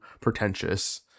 pretentious